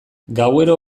gauero